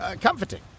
Comforting